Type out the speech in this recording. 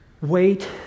wait